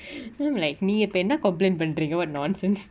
you know like நீ இப்ப என்ன:nee ippa enna complain பன்ரிங்க:panringa what nonsense